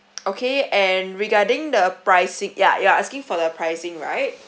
okay and regarding the pricing you're you're asking for the pricing right